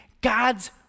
God's